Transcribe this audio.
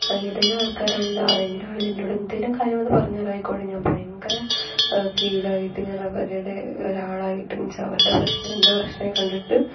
ഏതേലും ആൾക്കാരാണെങ്കിൽ ആരെങ്കിലും ആണെങ്കിൽ എന്നോട് എന്തേലും കാര്യം വന്ന് പറയുവാണേൽ ഞാൻ ഭയങ്കര ഫീലായിട്ട് ഞാൻ അവരുടെ ഒരാളായിട്ട് മീൻസ് അവരുടെ പ്രശ്നം എൻ്റെ പ്രശ്നമായി കണ്ടിട്ട്